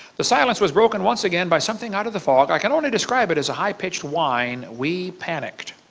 the silence was broken once again by something out of the fog. i can only describe it as a high pitch whine. we panicked.